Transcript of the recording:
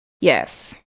Yes